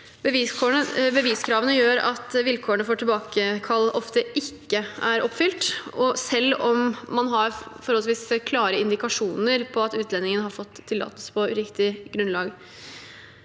Beviskravene gjør at vilkårene for tilbakekalling ofte ikke er oppfylt, selv om man har forholdsvis klare indikasjoner på at utlendingen har fått tillatelse på uriktig grunnlag.